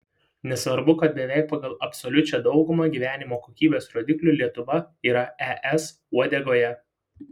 nesvarbu kad beveik pagal absoliučią daugumą gyvenimo kokybės rodiklių lietuva yra es uodegoje